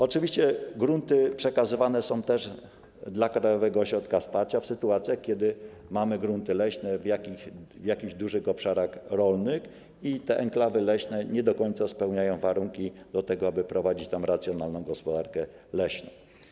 Oczywiście grunty przekazywane są też krajowemu ośrodkowi wsparcia w sytuacjach, kiedy mamy grunty leśne w jakichś dużych obszarach rolnych i te enklawy leśne nie do końca spełniają warunki do tego, aby prowadzić tam racjonalną gospodarkę leśną.